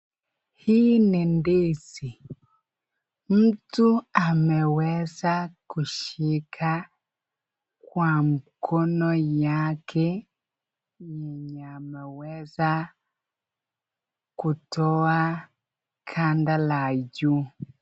Hii ni ndizi mtu ameweza kushika kwa mkono yake, yenye emeweza kutoa ganda la juu.